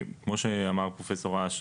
כמו שאמר פרופ' אש,